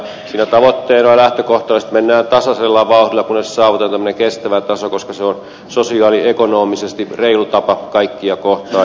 siinä tavoitteena on että lähtökohtaisesti mennään tasaisella vauhdilla kunnes saavutetaan kestävä taso koska se on sosiaaliekonomisesti reilu tapa kaikkia kohtaan